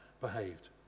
behaved